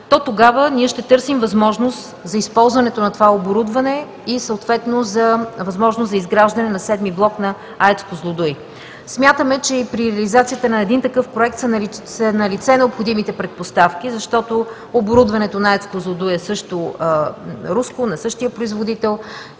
то тогава ще търсим възможност за използването на това оборудване и съответно за възможност за изграждане на седми блок на АЕЦ „Козлодуй“. Смятаме, че и при реализацията на такъв проект са налице необходимите предпоставки, защото оборудването на АЕЦ „Козлодуй“ е също руско, на същия производител.